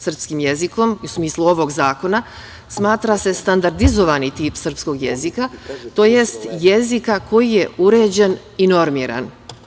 Srpskim jezikom, u smislu ovog zakona, smatra se standardizovani tip srpskog jezika, tj. jezika koji je uređen i normiran.